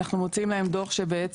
ואנחנו מוציאים להם דוח שבעצם